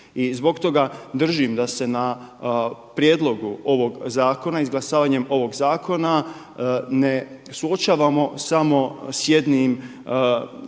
I zbog toga držim da se na prijedlogu ovog zakona, izglasavanjem ovoga zakona ne suočavamo samo sa jednim